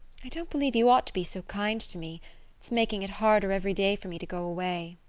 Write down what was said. i don't believe you ought to be so kind to me it's making it harder every day for me to go away.